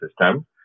system